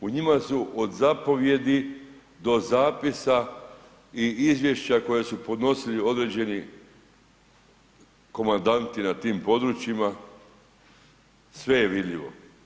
U njima su od zapovijedi do zapisa i izvješća koje su podnosili određeni komandanti na tim područjima, sve je vidljivo.